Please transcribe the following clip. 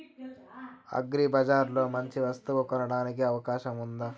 అగ్రిబజార్ లో మంచి వస్తువు కొనడానికి అవకాశం వుందా?